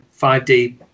5D